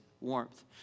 warmth